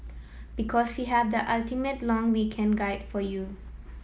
because we have the ultimate long weekend guide for you